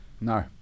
No